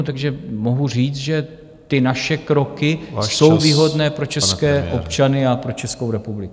Takže mohu říct, že ty naše kroky jsou výhodné pro české občany a pro Českou republiku.